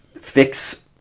fix